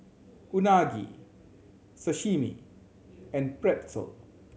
Unagi Sashimi and Pretzel